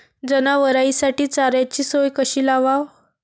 जनावराइसाठी चाऱ्याची सोय कशी लावाव?